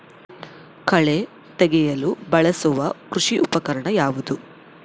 ಕಳೆ ತೆಗೆಯಲು ಬಳಸುವ ಕೃಷಿ ಉಪಕರಣ ಯಾವುದು?